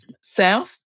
South